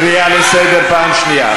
קריאה לסדר פעם שנייה.